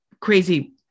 crazy